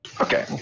Okay